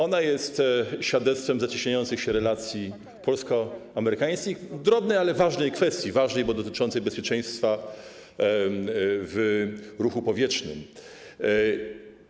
Ona jest świadectwem zacieśniającej się relacji polsko-amerykańskich w drobnej, ale ważnej kwestii, ważnej, bo dotyczącej bezpieczeństwa w ruchu powietrznym.